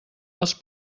els